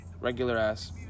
regular-ass